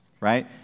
right